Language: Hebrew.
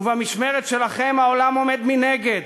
ובמשמרת שלכם העולם עומד מנגד.